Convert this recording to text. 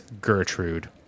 Gertrude